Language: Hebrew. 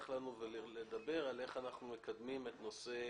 לנו ולדבר על איך אנחנו מקדמים את נושא